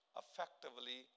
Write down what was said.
effectively